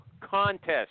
contest